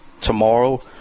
tomorrow